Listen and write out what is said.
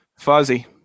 Fuzzy